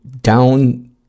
down